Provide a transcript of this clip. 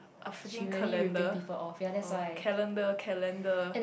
a freaking calendar oh calendar calendar